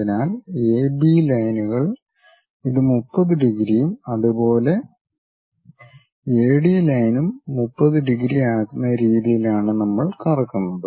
അതിനാൽ എബി ലൈനുകൾ ഇത് 30 ഡിഗ്രിയും അതേപോലെ എഡി ലൈനും 30 ഡിഗ്രി ആക്കുന്ന രീതിയിലാണ് നമ്മൾ കറക്കുന്നത്